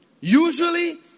Usually